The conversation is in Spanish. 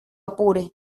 apure